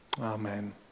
Amen